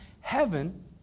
Heaven